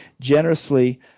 generously